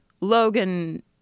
Logan